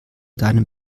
deinem